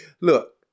Look